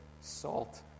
salt